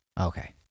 Okay